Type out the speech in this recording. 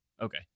Okay